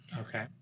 Okay